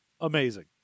Amazing